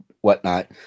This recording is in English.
whatnot